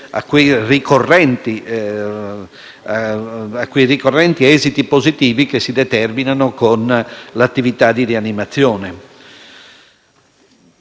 a quei ricorrenti esiti positivi che si determinano con l'attività di rianimazione.